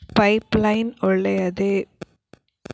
Pipe line ಒಳ್ಳೆಯದೇ?